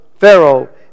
Pharaoh